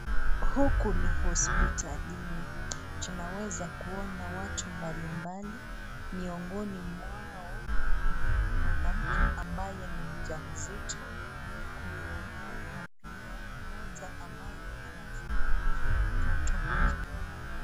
Huku ni hospitalini. Tuaweza kuona watu mbalimbali, miongoni mwao ni mwanamke ambaye ni mjamzito. Kuna wakunga pia, mmoja ambaye anamshughulikia mtoto mchanga.